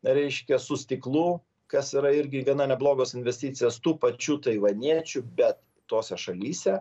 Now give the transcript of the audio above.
reiškia su stiklu kas yra irgi gana neblogos investicijos tų pačių taivaniečių bet tose šalyse